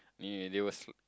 yeah they will